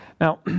Now